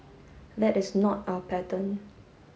that is not our pattern